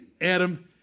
Adam